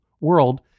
world